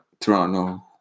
Toronto